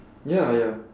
ya ya